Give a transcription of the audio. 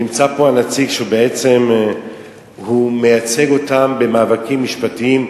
נמצא פה הנציג שבעצם מייצג אותם במאבקים משפטיים,